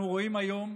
אנחנו רואים היום,